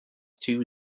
two